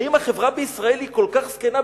האם החברה בישראל היא כל כך זקנה?